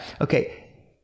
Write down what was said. Okay